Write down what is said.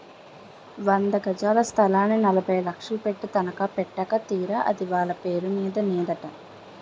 వంద గజాల స్థలాన్ని నలభై లక్షలు పెట్టి తనఖా పెట్టాక తీరా అది వాళ్ళ పేరు మీద నేదట